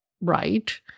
right